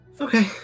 Okay